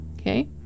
Okay